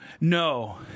No